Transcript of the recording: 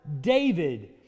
David